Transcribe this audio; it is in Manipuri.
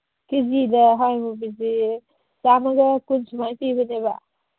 ꯀꯦꯖꯤꯗ ꯍꯋꯥꯏ ꯃꯨꯕꯤꯁꯤ ꯆꯥꯃꯒ ꯀꯨꯟ ꯁꯨꯃꯥꯏꯅ ꯄꯤꯕꯅꯦꯕ